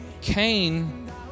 Cain